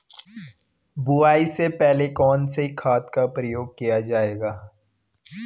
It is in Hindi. बुआई से पहले कौन से खाद का प्रयोग किया जायेगा?